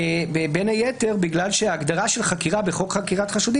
בין היתר בגלל שההגדרה של חקירה בחוק חקירת חשודים